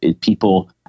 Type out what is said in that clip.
people